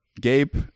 Gabe